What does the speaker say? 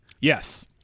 Yes